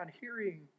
hearing